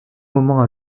moment